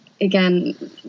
again